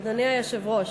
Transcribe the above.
אדוני היושב-ראש,